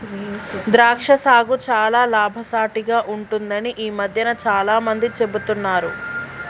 ద్రాక్ష సాగు చాల లాభసాటిగ ఉంటుందని ఈ మధ్యన చాల మంది చెపుతున్నారు